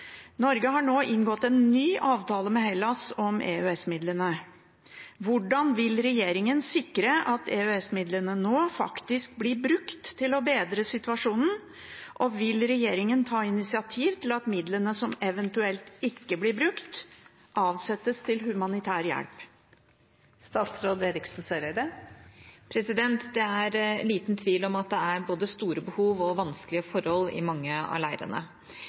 Norge har nå inngått en ny avtale med Hellas om EØS-midlene. Hvordan vil regjeringen sikre at EØS-midlene faktisk blir brukt til å bedre situasjonen, og vil regjeringen ta initiativ til at midler som eventuelt ikke blir brukt, avsettes til humanitær hjelp?» Det er liten tvil om at det er både store behov og vanskelige forhold i mange av